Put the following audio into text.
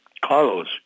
Carlos